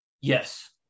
yes